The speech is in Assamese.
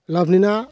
লাভলীনা